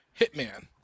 hitman